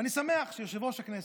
ואני שמח שיושב-ראש הכנסת,